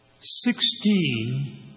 Sixteen